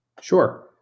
Sure